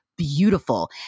beautiful